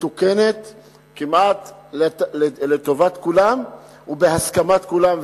מתוקנת כמעט, לטובת כולם ובהסכמת כולם.